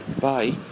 Bye